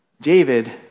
David